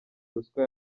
ruswa